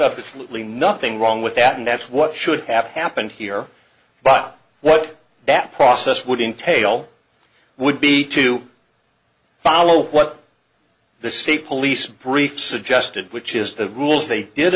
obviously nothing wrong with that and that's what should have happened here but what that process would entail would be to follow what the state police brief suggested which is the rules they did